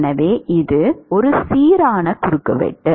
எனவே இது ஒரு சீரான குறுக்குவெட்டு